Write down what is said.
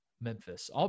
Memphis